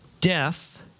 Death